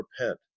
repent